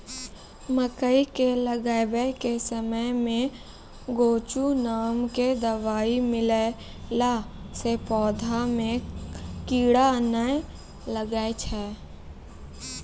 मकई के लगाबै के समय मे गोचु नाम के दवाई मिलैला से पौधा मे कीड़ा नैय लागै छै?